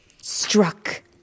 struck